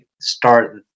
start